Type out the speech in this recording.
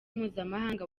mpuzamahanga